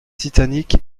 titanic